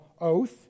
oath